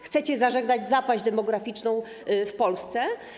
Chcecie zażegnać zapaść demograficzną w Polsce?